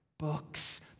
books